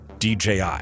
DJI